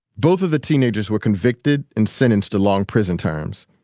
both of the teenagers were convicted and sentenced to long prison terms.